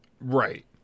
right